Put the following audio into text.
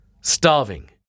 starving